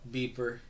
Beeper